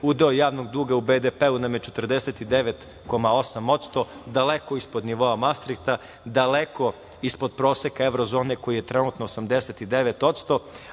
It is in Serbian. udeo javnog duga u BDP nam je 49,8%, daleko ispod nivoa Mastrihta, daleko ispod proseka Evrozone koji je trenutno 89%.Ono